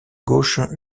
gauche